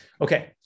Okay